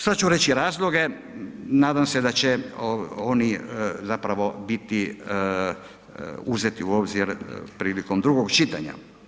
Sad ću reći razloge, nadam se da će oni zapravo biti uzeti u obzir prilikom drugog čitanja.